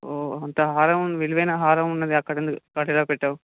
ఓహో అంత హారం విలువైనా హారం ఉన్నదీ అక్కడెందు సపరేట్గా పెట్టావు